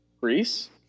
Greece